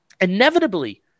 inevitably